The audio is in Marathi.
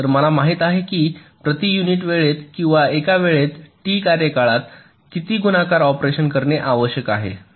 तर मला माहित आहे की प्रति युनिट वेळेत किंवा एका वेळात टी कार्यकाळात किती गुणाकार ऑपरेशन्स करणे आवश्यक आहे